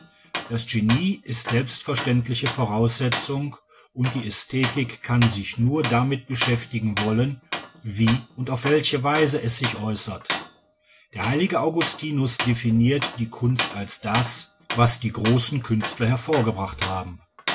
das genie ist selbstverständliche voraussetzung und die ästhetik kann sich nur damit beschäftigen wollen wie und auf welche weise es sich äußert der heilige augustinus definiert die kunst als das was die großen künstler hervorgebracht haben